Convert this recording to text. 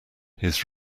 his